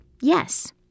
yes